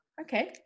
Okay